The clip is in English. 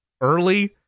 early